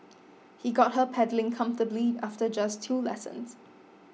he got her pedalling comfortably after just two lessons